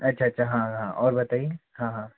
अच्छा अच्छा हाँ हाँ हाँ और बताइए हाँ हाँ